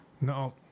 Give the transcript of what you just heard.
no